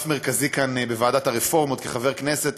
שותף מרכזי כאן, בוועדת הרפורמות, כחבר כנסת.